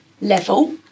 level